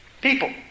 people